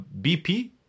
BP